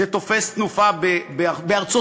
זה תופס תנופה בארצות-הברית.